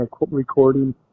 recording